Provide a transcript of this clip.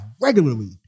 regularly